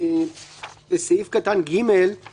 אנחנו